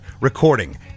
recording